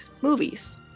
movies